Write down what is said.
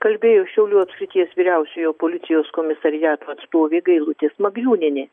kalbėjo šiaulių apskrities vyriausiojo policijos komisariato atstovė gailutė smagriūnienė